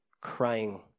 crying